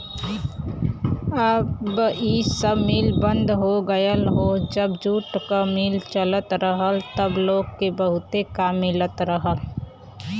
अब इ सब मिल बंद हो गयल हौ जब जूट क मिल चलत रहल त लोग के बहुते काम मिलत रहल